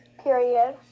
Period